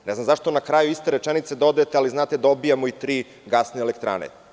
Ne znam zašto na kraju iste rečenice dodajete – ali znate, dobijamo i tri gasne elektrane.